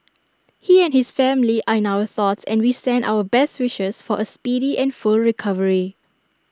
he and his family are in our thoughts and we send our best wishes for A speedy and full recovery